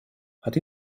hat